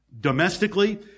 domestically